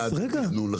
יעד לתכנון לחרדים.